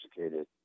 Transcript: educated